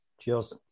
Cheers